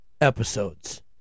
episodes